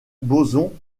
boson